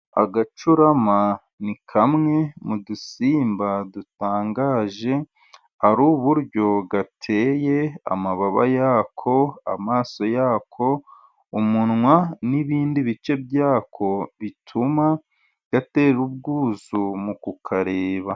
Agacurama ni kamwe mu dusimba dutangaje. Ari uburyo gateye : amababa yako, amaso yako, umunwa n'ibindi bice byako. Bituma gatera ubwuzu mu kukareba.